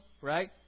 right